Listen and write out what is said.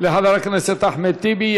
לחבר הכנסת אחמד טיבי.